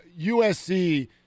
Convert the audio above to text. USC